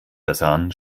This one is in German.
versahen